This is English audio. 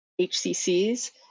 HCCs